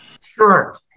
Sure